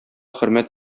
хөрмәт